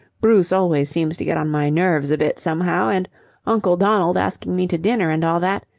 bruce always seems to get on my nerves a bit somehow and uncle donald asking me to dinner and all that.